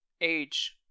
age